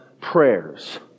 prayers